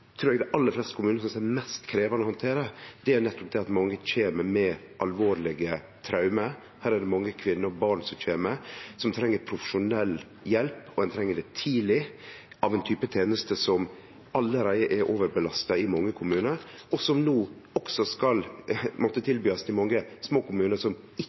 aller fleste kommunane synest er mest krevjande å handtere, er nettopp at mange kjem med alvorlege traume. Her er det mange kvinner og barn som kjem, og dei treng profesjonell hjelp. Dei treng tidleg ein type tenester som allereie er overbelasta i mange kommunar, tenester som no også skal måtte tilbydast i mange små kommunar som